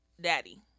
daddy